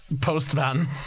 post-van